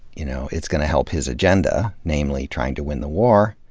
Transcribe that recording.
you know, it's gonna help his agenda, namely trying to win the war,